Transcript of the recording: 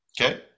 Okay